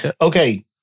Okay